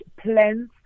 plans